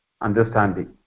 understanding